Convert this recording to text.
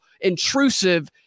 intrusive